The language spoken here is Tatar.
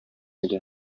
иде